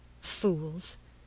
Fools